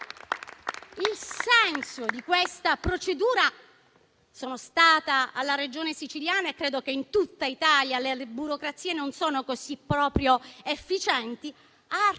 il senso di questa procedura? Sono stata alla Regione siciliana e credo che in tutta Italia le burocrazie non siano proprio così efficienti.